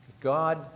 God